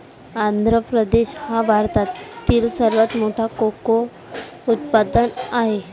आंध्र प्रदेश हा भारतातील सर्वात मोठा कोको उत्पादक आहे